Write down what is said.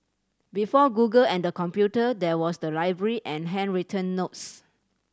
before Google and the computer there was the library and handwritten notes